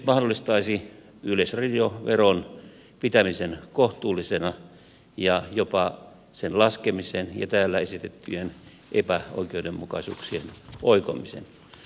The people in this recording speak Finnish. se myös mahdollistaisi yleisradioveron pitämisen kohtuullisena ja jopa sen laskemisen ja täällä esitettyjen epäoikeudenmukaisuuksien oikomisen